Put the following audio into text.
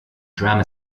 drama